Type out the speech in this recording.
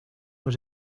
was